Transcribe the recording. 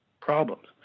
problems